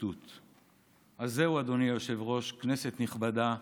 אז זהו, אדוני היושב-ראש, כנסת נכבדה,